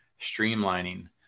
streamlining